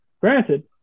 Granted